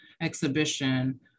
exhibition